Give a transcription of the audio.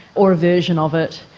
or a version of it,